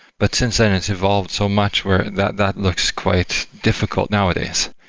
but since then, it's evolved so much where that that looks quite difficult nowadays,